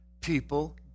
people